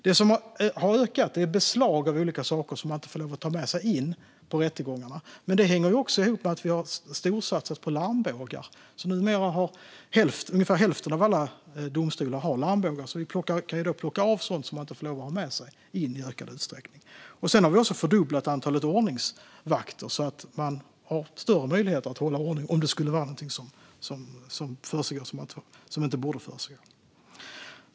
Det som har ökat är antalet beslag av olika saker som man inte får lov att ta med sig in på rättegångarna. Men det hänger också ihop med att vi har storsatsat på larmbågar. Numera har ungefär hälften av alla domstolar larmbågar. Man kan då i ökad utsträckning plocka av personer sådant som de inte får lov att ta med in. Vi har också fördubblat antalet ordningsvakter, så att man har större möjlighet att hålla ordning om något försiggår som inte borde försiggå.